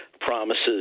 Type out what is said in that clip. promises